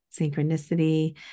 synchronicity